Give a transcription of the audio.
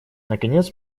наконец